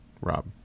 Rob